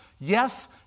Yes